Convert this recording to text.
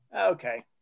Okay